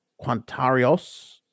Quantarios